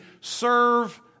Serve